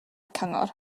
cyngor